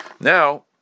Now